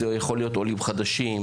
זה יכול להיות עולים חדשים,